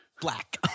Black